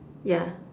yeah